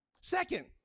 Second